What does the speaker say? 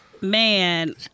Man